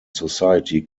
society